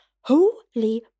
Holy